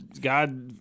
God